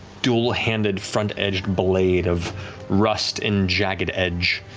dual-handed, front-edged blade of rust and jagged edge,